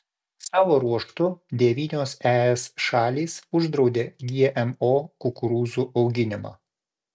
savo ruožtu devynios es šalys uždraudė gmo kukurūzų auginimą